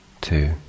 two